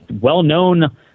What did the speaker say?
well-known